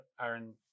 Aaron